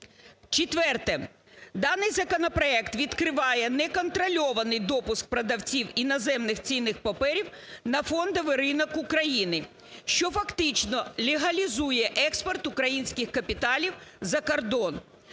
Четверте. Даний законопроект відкриває неконтрольований допуск продавців іноземних цінних паперів на фондовий ринок України, що фактично легалізує експорт українських капіталів за кордон,